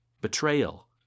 Betrayal